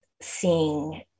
seeing